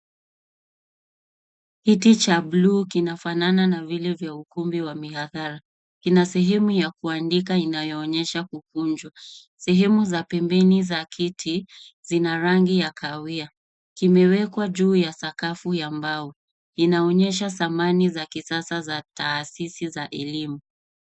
Kiti cha buluu kinafanana na vile vya ukumbi wa mihadhara. Kina sehemu ya kuandika inayoonyeshwa kukunjwa. Sehemu za pembeni za kiti zina rangi ya kahawia. Kimewekwa juu ya sakafu ya mbao. Inaonyesha samani za kisasa za tahasisi za elimu.